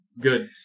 Good